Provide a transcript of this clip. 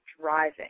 driving